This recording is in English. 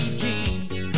jeans